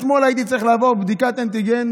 אתמול הייתי צריך לעבור בדיקת אנטיגן